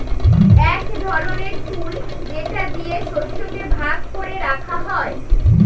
এক ধরনের টুল যেটা দিয়ে শস্যকে ভাগ করে রাখা হয়